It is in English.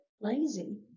lazy